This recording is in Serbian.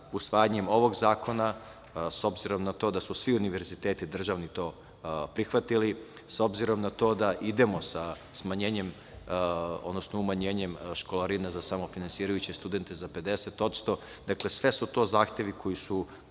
usvajanjem ovog zakona, s obzirom na to da su svi univerziteti državni to prihvatili, s obzirom na to da idemo sa smanjenjem, odnosno umanjenjem školarina za samofinansirajuće studente za 50%. Dakle, sve su to zahtevi koji su